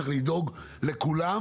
צריך לדאוג לכולם.